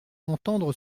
entendre